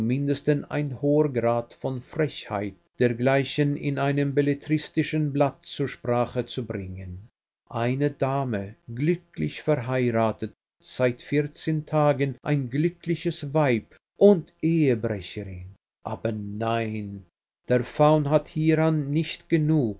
mindesten ein hoher grad von frechheit dergleichen in einem belletristischen blatt zur sprache zu bringen eine dame glücklich verheiratet seit vierzehn tagen ein glückliches weib und ehebrecherin aber nein der faun hat hieran nicht genug